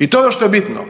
i to je ono što je bitno.